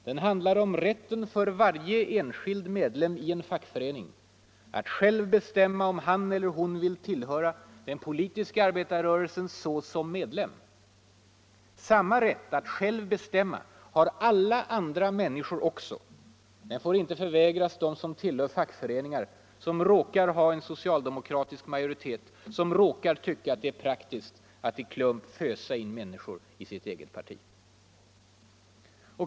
Den handlar om rätten för varje enskild medlem i en fackförening att själv bestämma om han eller hon vill tillhöra den politiska arbetarrörelsen såsom medlem. Samma rätt att själv bestämma har alla andra människor också; den får inte förvägras dem som tillhör fackföreningar som råkar ha en socialdemokratisk majoritet som råkar tycka att det är praktiskt att i klump fösa in människor i sitt eget parti.